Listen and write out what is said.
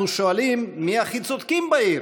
אנחנו שואלים: מי הכי צודקים בעיר?